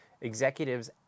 Executives